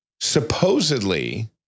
Supposedly